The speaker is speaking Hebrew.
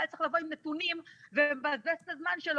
והיה צריך לבוא עם נתונים ומבזבז את הזמן שלו.